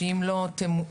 שאם לא ימוצו,